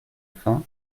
fin